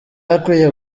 akwiye